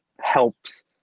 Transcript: helps